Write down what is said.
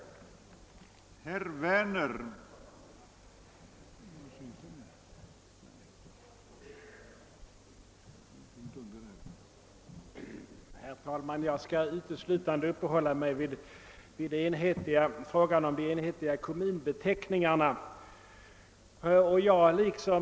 Jag yrkar samtidigt bifall till den vid utlåtandet nr 45 fogade reservationen.